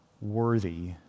worthy